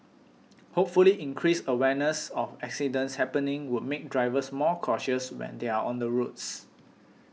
hopefully increased awareness of accidents happening would make drivers more cautious when they are on the roads